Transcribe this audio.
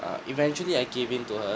uh eventually I cave in to her